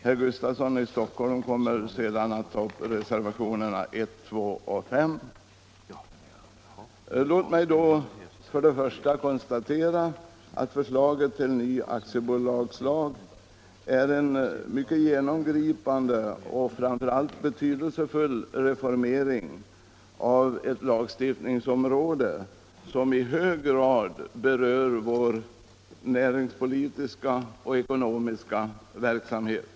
Herr Gustafsson i Stockholm kommer sedan att ta upp reservationerna 1, 2 och 3 Låt mig då till att börja med konstatera att förslaget till ny aktiebolagslag innebär en mycket genomgripande och framför allt betydelsefull reformering av ett lagstiftningsområde som i hög grad berör vår näringspolitiska och ekonomiska verksamhet.